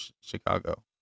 chicago